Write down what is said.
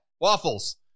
waffles